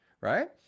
right